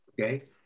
Okay